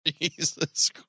Jesus